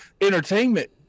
entertainment